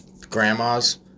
Grandma's